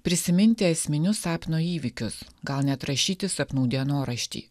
prisiminti esminius sapno įvykius gal net rašyti sapnų dienoraštį